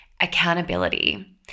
accountability